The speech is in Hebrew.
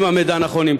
1. האם המידע נכון?